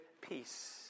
peace